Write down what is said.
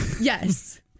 Yes